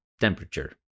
temperature